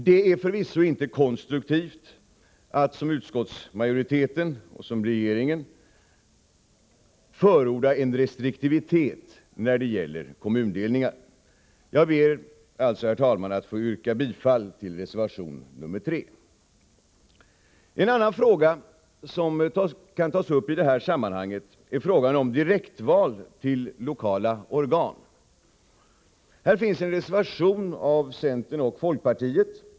Det är förvisso inte konstruktivt att som utskottsmajoriteten och regeringen förorda restriktivitet när det gäller kommundelningar. Jag ber alltså, herr talman, att få yrka bifall till reservation 3. En annan fråga som kan tas uppi det här sammanhanget gäller direktval till lokala organ. Här finns en reservation av centern och folkpartiet.